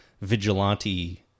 vigilante